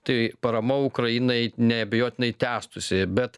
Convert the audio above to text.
tai parama ukrainai neabejotinai tęstųsi bet